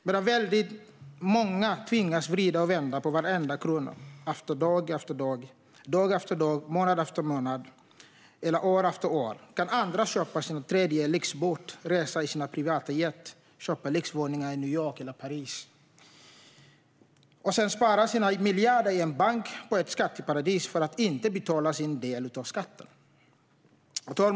Medan väldigt många tvingas att vrida och vända på varenda krona dag efter dag, månad efter månad och år efter år kan andra köpa sin tredje lyxbåt, resa i sina privata jetplan, köpa lyxvåningar i New York eller Paris och spara sina miljarder i en bank i ett skatteparadis för att slippa betala sin del av skatten. Herr talman!